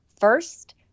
First